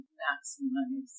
maximize